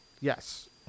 Yes